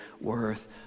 worth